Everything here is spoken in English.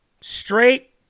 straight